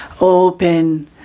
open